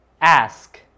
Ask